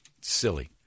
Silly